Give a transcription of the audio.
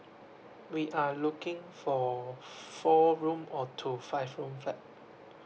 we are looking for four room or to five rooms flat